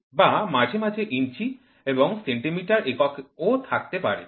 বা মাঝে মাঝে ইঞ্চি এবং সেন্টিমিটার একক ও থাকতে পারে